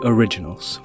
Originals